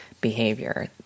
behavior